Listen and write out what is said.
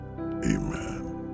amen